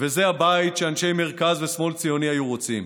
וזה הבית שאנשי מרכז ושמאל ציוני היו רוצים.